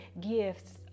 gifts